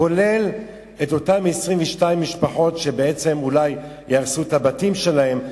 כולל לאותן 22 משפחות שבעצם אולי יהרסו את הבתים שלהן,